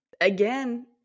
again